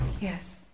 Yes